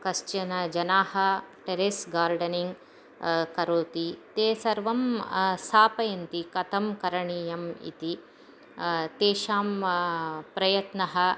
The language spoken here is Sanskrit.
कश्चन जनाः टेरेस् गार्डनिङ्ग् करोति ते सर्वं स्थापयन्ति कथं करणीयम् इति तेषां प्रयत्नः